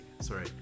Sorry